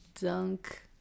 dunk